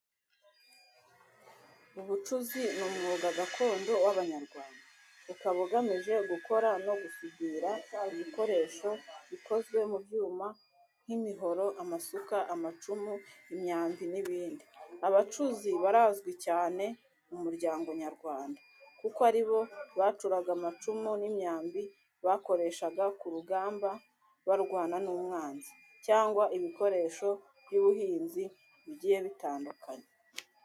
Ubucuzi ni umwuga gakondo w’Abanyarwanda, ukaba ugamije gukora no gusudira ibikoresho bikozwe mu byuma nk'imihoro, amasuka, amacumu, imyambi n'ibindi. Abacuzi barazwi cyane mu muryango nyarwanda, kuko ari bo bacuraga amacumu n'imyambi bakoreshaga ku rugamba barwana n'umwanzi, cyangwa ibikoresho by’ubuhinzi bigiye bitandukanye.